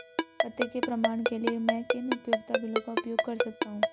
पते के प्रमाण के लिए मैं किन उपयोगिता बिलों का उपयोग कर सकता हूँ?